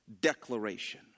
declaration